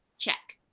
check.